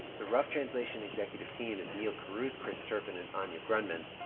the rough translation executive team is neal carruth, chris turpin and anya grundmann.